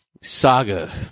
Saga